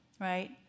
right